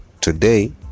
today